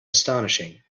astonishing